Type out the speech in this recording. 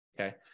okay